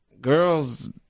Girls